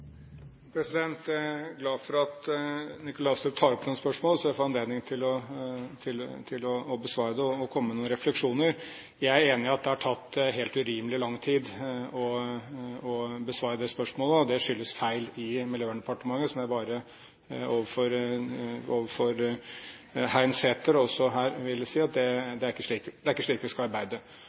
Jeg er glad for at Nikolai Astrup tar opp dette spørsmålet, slik at jeg får anledning til å besvare det og komme med noen refleksjoner. Jeg er enig i at det har tatt helt urimelig lang tid å besvare dette spørsmålet. Det skyldes feil i Miljøverndepartementet, og jeg vil overfor Heinseter, og også her, si at det ikke er slik vi skal arbeide. Jeg ble ikke selv oppmerksom på denne saken før for veldig kort tid siden, og skal